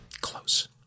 close